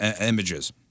images